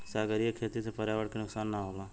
सागरीय खेती से पर्यावरण के नुकसान ना होला